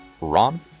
Ron